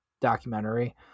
Documentary